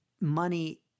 money